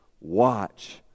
Watch